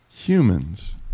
Humans